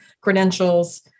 credentials